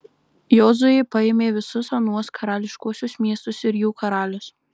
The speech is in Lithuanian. jozuė paėmė visus anuos karališkuosius miestus ir jų karalius